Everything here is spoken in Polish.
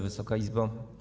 Wysoka Izbo!